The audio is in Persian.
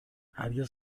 هرگز